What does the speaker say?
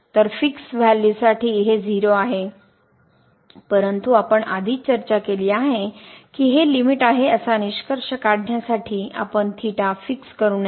तर फिक्स व्हॅल्यूसाठी हे 0 आहे परंतु आपण आधीच चर्चा केली आहे की हे लिमिट आहे असा निष्कर्ष काढण्यासाठी आपण फिक्स करू नये